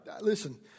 listen